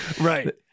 Right